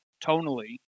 tonally